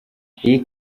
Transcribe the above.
iyi